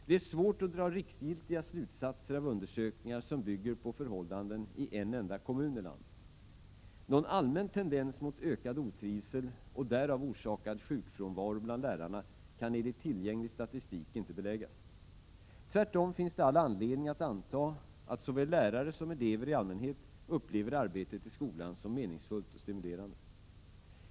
Det är svårt att dra riksgiltiga slutsatser av undersökningar som bygger på förhållanden i en enda kommun i landet. Någon allmän tendens mot ökad otrivsel och därav orsakad sjukfrånvaro bland lärarna kan enligt tillgänglig statistik inte beläggas. Tvärtom finns det all anledning att anta att såväl lärare som elever i allmänhet upplever arbetet i skolan som meningsfullt och stimulerande.